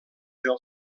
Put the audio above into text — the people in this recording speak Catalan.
del